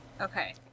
Okay